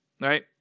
Right